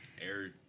air